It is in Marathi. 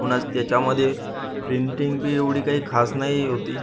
पुन्हाच त्याच्यामध्ये प्रिंटींग बी एवढी काही खास नाही होती